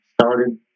started